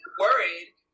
Worried